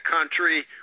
country